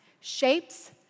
shapes